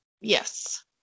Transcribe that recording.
Yes